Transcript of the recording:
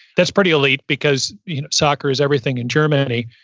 that's pretty elite, because you know soccer is everything in germany.